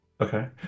Okay